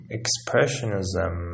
expressionism